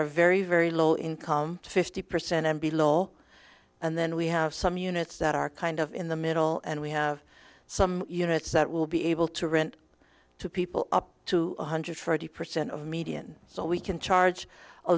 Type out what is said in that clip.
are very very low income fifty percent and be loyal and then we have some units that are kind of in the middle and we have some units that will be able to rent to people up to one hundred forty percent of median so we can charge a